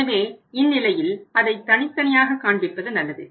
எனவே இந்நிலையில் அதை தனித்தனியாக காண்பிப்பது நல்லது